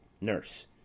Nurse